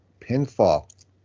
pinfall